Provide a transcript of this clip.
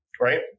right